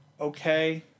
okay